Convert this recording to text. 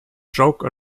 joke